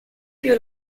più